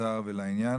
קצר ולעניין,